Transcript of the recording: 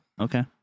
Okay